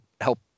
help